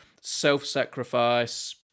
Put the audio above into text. self-sacrifice